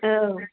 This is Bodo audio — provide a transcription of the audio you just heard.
औ